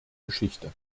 geschichte